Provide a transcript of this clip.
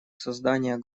создания